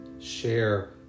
Share